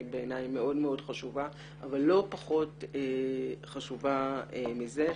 בעיני היא מאוד מאוד חשובה אבל לא פחות חשובה מזה.